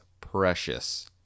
Precious